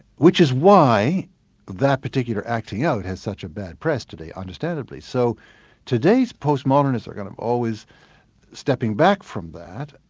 which is why that particular acting out has such a bad press today, understandably. so today's postmodernists are going to always be stepping back from that,